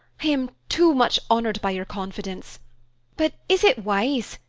i am too much honored by your confidence but is it wise,